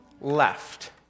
left